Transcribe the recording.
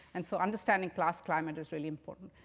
and so understanding past climate is really important.